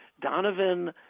Donovan